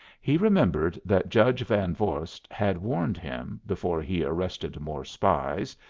he remembered that judge van vorst had warned him, before he arrested more spies,